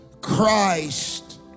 Christ